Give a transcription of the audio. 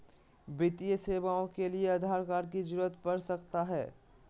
वित्तीय सेवाओं के लिए आधार कार्ड की जरूरत पड़ सकता है?